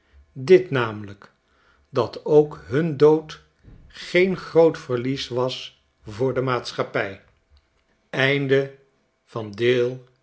dit namelijk dat ook hun dood geen groot verlies was voor de maatschappij